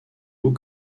haut